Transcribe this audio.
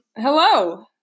hello